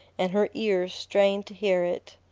and her ears strained to hear it.